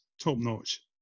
top-notch